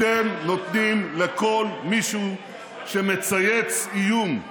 אתם נותנים לכל מישהו שמצייץ איום,